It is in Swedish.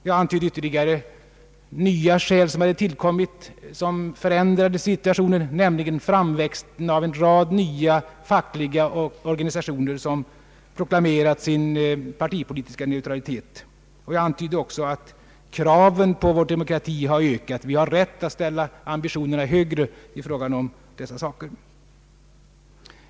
Jag betonade vidare att nya skäl hade tillkommit som förändrade situationen, såsom framväxten av en rad nya fackliga organisationer som proklamerat sin partipolitiska neutralitet. Jag framhöll också att kraven på vår demokrati har ökat; vi har rätt att ställa ambitionerna högre i fråga om dessa saker.